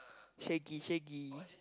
shaggy shaggy